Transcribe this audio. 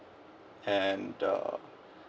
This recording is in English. and uh